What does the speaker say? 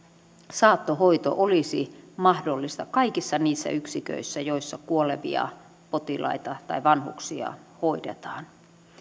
saattohoito olisi mahdollista kaikissa niissä yksiköissä joissa kuolevia potilaita tai vanhuksia hoidetaan